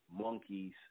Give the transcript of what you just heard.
monkeys